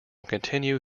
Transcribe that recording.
continue